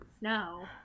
No